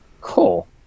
Cool